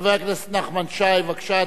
חבר הכנסת נחמן שי, בבקשה,